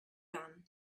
gun